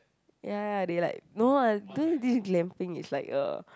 ya they like no lah those this glamping is like a